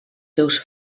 seus